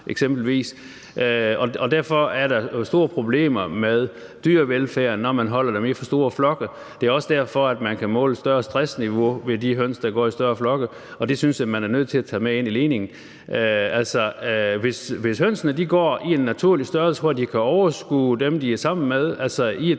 derfor er der jo store problemer med dyrevelfærden, når man holder dem i for store flokke. Det er også derfor, at man kan måle et større stressniveau ved de høns, der går i større flokke, og det synes jeg man er nødt til at tage med ind i ligningen. Altså, hvis hønsene går i en naturlig størrelse flok, hvor de kan overskue dem, de er sammen med